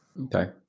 Okay